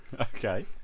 Okay